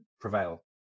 prevail